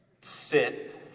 sit